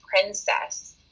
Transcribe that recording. princess